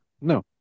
No